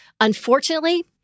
Unfortunately